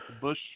Bush